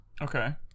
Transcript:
okay